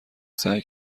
سعی